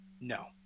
No